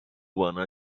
bana